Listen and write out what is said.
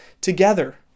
together